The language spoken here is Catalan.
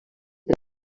per